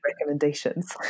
recommendations